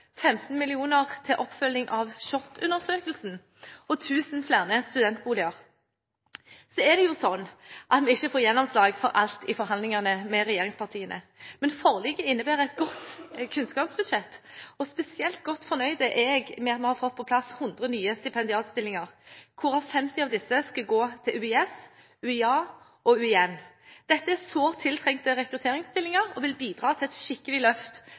15 mill. kr til oppfølging av SHoT-undersøkelsen, og 1 000 flere studentboliger. Så er det jo sånn at vi ikke får gjennomslag for alt i forhandlingene med regjeringspartiene. Men forliket innebærer et godt kunnskapsbudsjett, og spesielt godt fornøyd er jeg med at vi har fått på plass 100 nye stipendiatstillinger, hvor 50 av disse skal gå til UiS, UiA og UiN. Dette er sårt tiltrengte rekrutteringsstillinger og vil bidra til et skikkelig løft